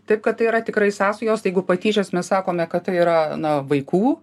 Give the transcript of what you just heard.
taip kad tai yra tikrai sąsajos jeigu patyčias mes sakome kad tai yra na vaikų